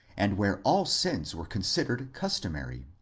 and where all sins were considered customary.